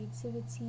creativity